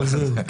עוזר.